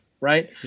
right